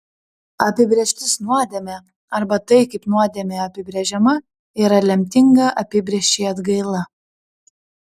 apibrėžtis nuodėmė arba tai kaip nuodėmė apibrėžiama yra lemtinga apibrėžčiai atgaila